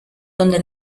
donde